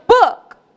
book